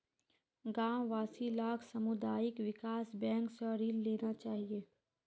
गांव वासि लाक सामुदायिक विकास बैंक स ऋण लेना चाहिए